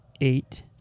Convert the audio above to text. eight